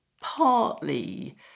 partly